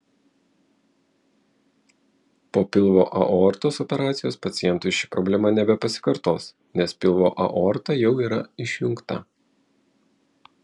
po pilvo aortos operacijos pacientui ši problema nebepasikartos nes pilvo aorta jau yra išjungta